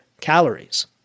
calories